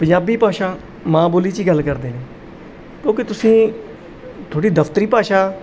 ਪੰਜਾਬੀ ਭਾਸ਼ਾ ਮਾਂ ਬੋਲੀ 'ਚ ਹੀ ਗੱਲ ਕਰਦੇ ਨੇ ਕਿਉਂਕਿ ਤੁਸੀਂ ਥੋੜ੍ਹੀ ਦਫਤਰੀ ਭਾਸ਼ਾ